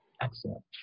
excellent